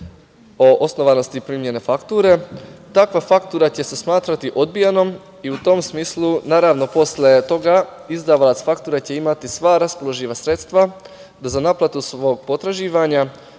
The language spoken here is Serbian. o osnovanosti primljene fakture, takva faktura će se smatrati odbijenom i u tom smislu, naravno, posle toga, izdavalac fakture će imati sva raspoloživa sredstva da za naplatu svog potraživanja